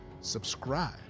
subscribe